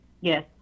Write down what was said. Yes